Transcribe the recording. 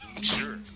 Sure